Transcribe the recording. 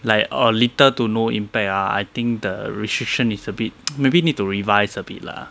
like err little to no impact ah I think the restriction is a bit maybe need to revise a bit lah